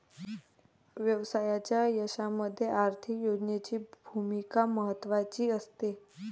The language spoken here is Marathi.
व्यवसायाच्या यशामध्ये आर्थिक नियोजनाची भूमिका महत्त्वाची असते